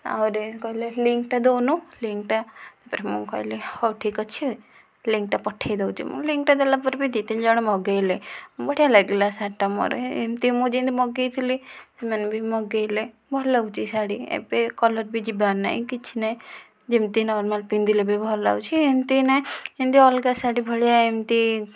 ଆହୁରି କହିଲେ ଲିଙ୍କଟା ଦେଉନୁ ଲିଙ୍କଟା ତା'ପରେ ମୁଁ କହିଲି ହେଉ ଠିକ ଅଛି ଲିଙ୍କଟା ପଠେଇ ଦେଉଛି ମୁଁ ଲିଙ୍କଟା ଦେଲାପରେ ବି ଦୁଇ ତିନି ଜଣ ମଗାଇଲେ ବଢ଼ିଆ ଲାଗିଲା ଶାଢ଼ୀଟା ମୋ'ର ଏମିତି ମୁଁ ଯେମିତି ମଗାଇଥିଲି ସେମାନେ ବି ମଗାଇଲେ ଭଲ ଲାଗୁଚି ଶାଢ଼ୀ ଏବେ କଲର ବି ଯିବାର ନାହିଁ କିଛି ନାହିଁ ଯେମିତି ନର୍ମାଲ ପିନ୍ଧିଲେ ବି ଭଲ ଲାଗୁଛି ଏମିତି ନାହିଁ ଏମିତି ଅଲଗା ଶାଢ଼ୀ ଭଳିଆ ଏମିତି